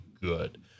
good